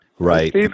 Right